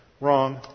Wrong